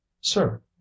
sir